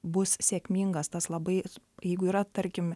bus sėkmingas tas labai jeigu yra tarkim